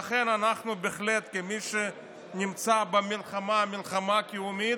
לכן, אנחנו, כמי שבהחלט נמצאים במלחמה קיומית,